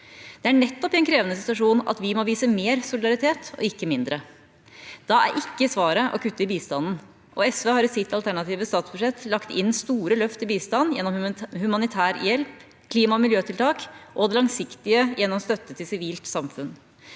Det er nettopp en krevende situasjon at vi må vise mer solidaritet og ikke mindre. Da er ikke svaret å kutte i bistanden, og SV har i sitt alternative statsbudsjett lagt inn store løft til bistand gjennom humanitær hjelp, klima- og miljøtiltak og det langsiktige gjennom støtte til sivilsamfunn.